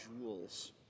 jewels